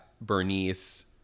Bernice